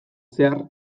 zehar